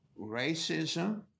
racism